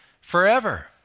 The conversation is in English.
forever